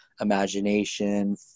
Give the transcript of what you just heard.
imagination